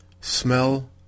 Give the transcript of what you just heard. smell